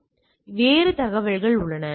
எனவே வேறு தகவல்கள் உள்ளன